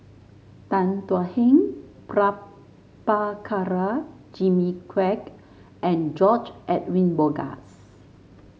Tan Thuan Heng Prabhakara Jimmy Quek and George Edwin Bogaars